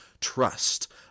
trust